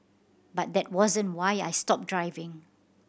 but that wasn't why I stopped driving